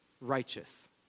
righteous